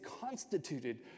constituted